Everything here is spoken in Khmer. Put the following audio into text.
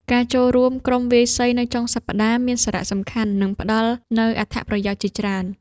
ការចូលរួមក្រុមវាយសីនៅចុងសប្តាហ៍មានសារៈសំខាន់ និងផ្ដល់នូវអត្ថប្រយោជន៍ជាច្រើន។